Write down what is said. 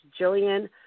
Jillian